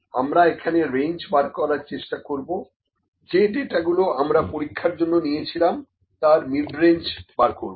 আমরা এখানে রেঞ্জ বার করার চেষ্টা করবো যে ডাটা গুলো আমরা পরীক্ষার জন্য নিয়েছিলাম তার মিডরেঞ্জ বার করবো